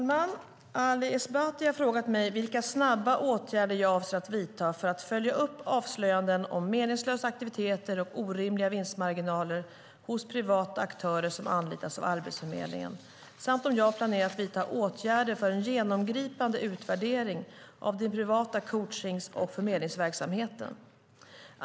Fru talman! Ali Esbati har frågat mig vilka snabba åtgärder jag avser att vidta för att följa upp avslöjanden om meningslösa aktiviteter och orimliga vinstmarginaler hos privata aktörer som anlitas av Arbetsförmedlingen samt om jag planerar att vidta åtgärder för en genomgripande utvärdering av den privata coachnings och förmedlingsverksamheten.